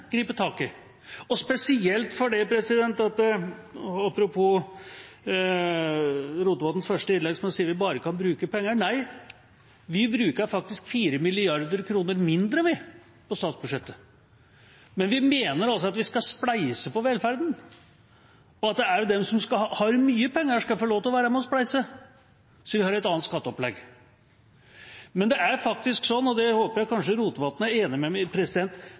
tak i, spesielt fordi – apropos representanten Rotevatns første innlegg, hvor han sier vi bare kan bruke penger: nei, vi bruker faktisk 4 mrd. kr mindre i statsbudsjettet – vi mener at vi skal spleise på velferden, og at også de som har mye penger, skal få lov til å være med og spleise. Så vi har et annet skatteopplegg. Men jeg håper representanten Rotevatn er enig med meg i at Norge er et fantastisk land i verden. Det er